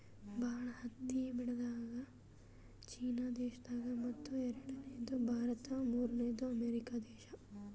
ಭಾಳ್ ಹತ್ತಿ ಬೆಳ್ಯಾದು ಚೀನಾ ದೇಶದಾಗ್ ಮತ್ತ್ ಎರಡನೇದು ಭಾರತ್ ಮೂರ್ನೆದು ಅಮೇರಿಕಾ ದೇಶಾ